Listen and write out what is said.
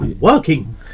Working